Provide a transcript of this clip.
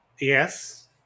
yes